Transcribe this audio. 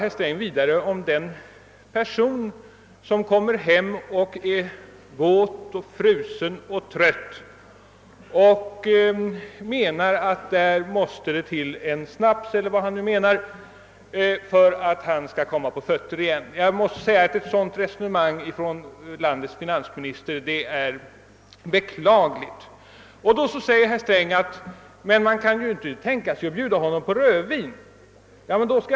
Herr Sträng talade om en person som kommer hem och är våt, frusen och trött och menade att där måste det till en snaps för att vederbörande skulle komma på fötter igen. Ett sådant resonemang från landets finansminister är beklagligt. — Herr Sträng säger att man inte kan tänka sig att bjuda denne »enkle man» rödvin.